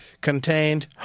contained